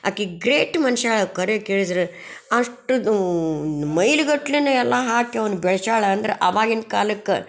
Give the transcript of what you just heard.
ಆಕೆ ಗ್ರೇಟ್ ಮನುಷ್ಯಾಳ ಖರೆ ಕೇಳಿದರೆ ಅಷ್ಟು ದೂ ಮೈಲಿ ಗಟ್ಟಲೇ ಎಲ್ಲ ಹಾಕಿ ಅವ್ನ ಬೆಳೆಸ್ಯಾಳ ಅಂದ್ರೆ ಆವಾಗಿನ ಕಾಲಕ್ಕೆ